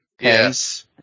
Yes